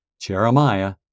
Jeremiah